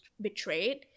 betrayed